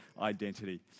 identity